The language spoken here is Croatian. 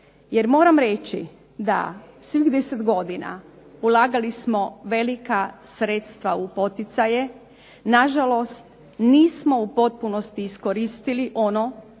Jer moram reći da svih 10 godina, ulagali smo velika sredstva u poticaje, na žalost nismo u potpunosti iskoristili ono